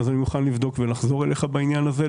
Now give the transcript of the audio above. אז אני מוכן לבדוק ולחזור אליך בעניין הזה.